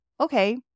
okay